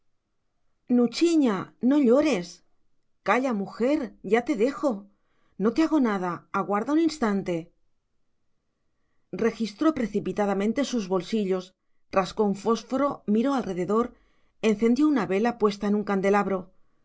chica nuchiña no llores calla mujer ya te dejo no te hago nada aguarda un instante registró precipitadamente sus bolsillos rascó un fósforo miró alrededor encendió una vela puesta en un candelabro